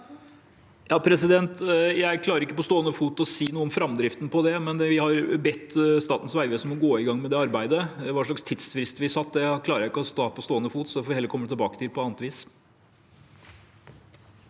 Jeg klarer ikke på stående fot å si noe om framdriften på det, men vi har bedt Statens vegvesen om å gå i gang med det arbeidet. Hvilken tidsfrist vi satte, klarer jeg heller ikke å ta på stående fot, så det får vi komme tilbake til på annet vis.